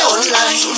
Online